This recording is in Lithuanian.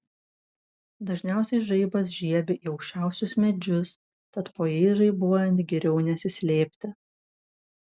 dažniausiai žaibas žiebia į aukščiausius medžius tad po jais žaibuojant geriau nesislėpti